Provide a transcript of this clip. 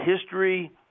history